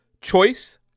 choice